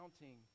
counting